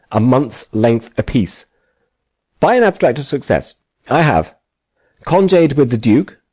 a month's length apiece by an abstract of success i have congied with the duke,